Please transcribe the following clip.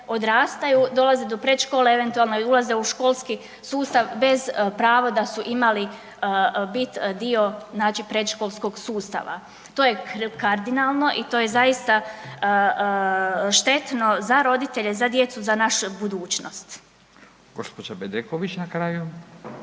odrastaju dolaze do predškole eventualno i ulaze u školski sustav bez prava da su imali bit dio znači predškolskog sustava. To je kardinalno i to je zaista štetno za roditelje, za djecu, za našu budućnost.